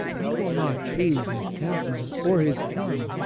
he will not choose his temper, or his tongue,